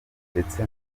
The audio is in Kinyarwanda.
ndetse